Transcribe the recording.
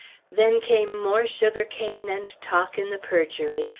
then came more sugar-cane and talk in the purgery,